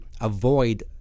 avoid